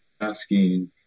asking